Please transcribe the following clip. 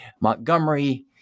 Montgomery